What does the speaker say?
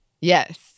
Yes